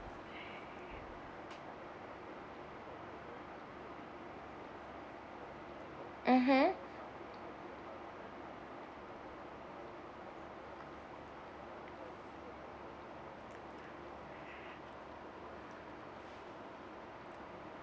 mmhmm